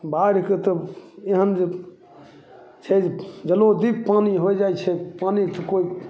बाढ़िके तऽ एहन जे छै जलोदित पानी हो जाइ छै पानीके तऽ कोइ